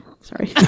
sorry